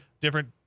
different